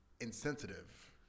insensitive